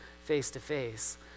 face-to-face